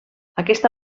aquesta